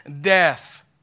death